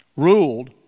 Ruled